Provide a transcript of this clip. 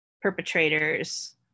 perpetrators